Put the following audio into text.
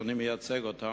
שאני מייצג אותו,